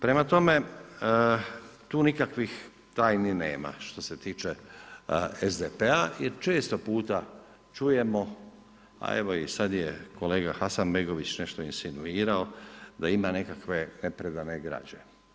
Prema tome, tu nikakvih tajni nema što se tiče SDP-a jer često puta čujemo, a evo i sada je kolega Hasanbegović nešto insinuirao da ima nekakve … građe.